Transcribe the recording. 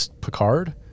Picard